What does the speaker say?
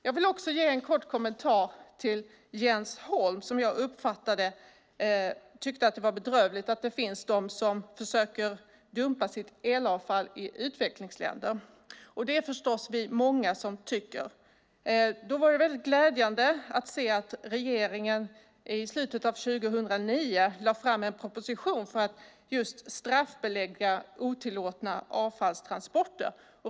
Jag vill göra en kort kommentar till Jens Holm, som jag uppfattade tyckte att det var bedrövligt att det finns de som försöker dumpa sitt elavfall i utvecklingsländer. Det är vi förstås många som tycker. Det var därför glädjande att se att regeringen i slutet av 2009 lade fram en proposition för att just straffbelägga otillåtna avfallstransporter.